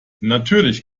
natürlich